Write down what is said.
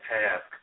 task